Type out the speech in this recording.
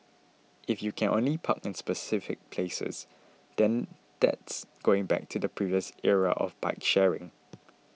if you can only park in specific places then that's going back to the previous era of bike sharing